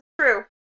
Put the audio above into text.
true